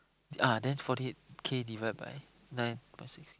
ah then forty eight K divide by nine point six